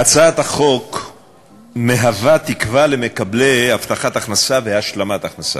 הצעת החוק מהווה תקווה למקבלי הבטחת הכנסה והשלמת הכנסה.